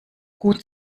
gut